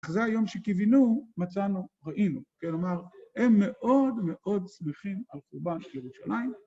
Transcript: זה היום שקיווינו, מצאנו, ראינו. כלומר, הם מאוד מאוד שמחים על חורבן ירושלים.